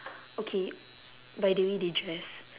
okay by the way they dress